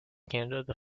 canada